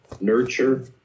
nurture